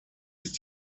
ist